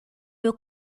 meu